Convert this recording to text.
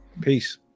peace